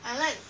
I like